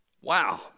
Wow